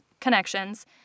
connections